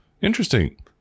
Interesting